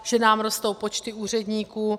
Že nám rostou počty úředníků.